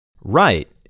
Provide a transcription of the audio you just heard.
Right